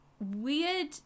weird